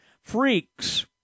Freaks